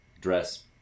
dress